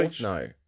No